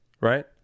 right